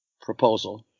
proposal